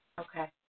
Okay